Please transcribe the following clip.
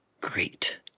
Great